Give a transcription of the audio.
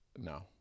no